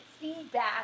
feedback